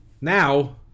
now